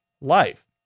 life